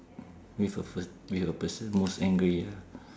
with a fir~ with a person most angry ah